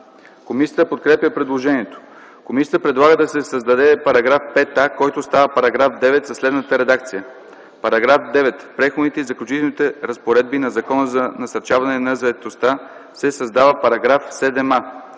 Комисията подкрепя предложението. Комисията предлага да се създаде § 5а, който става § 9 със следната редакция: „§ 9. В Преходните и заключителните разпоредби на Закона за насърчаване на заетостта се създава § 7а: „§ 7а.